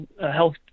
health